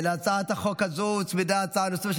להצעת החוק הזאת הוצמדה הצעה נוספת,